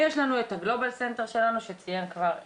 ויש לנו את הגלובל סנטר שלנו, שציין כבר שי,